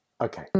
Okay